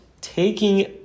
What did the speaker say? taking